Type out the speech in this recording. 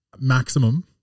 Maximum